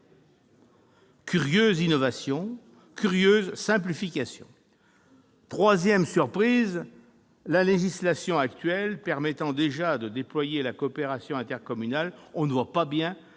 Curieuse innovation, curieuse simplification ! Troisième surprise : la législation actuelle permettant déjà de déployer la coopération internationale, on ne voit pas bien